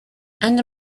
and